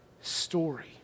story